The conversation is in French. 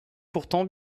pourtant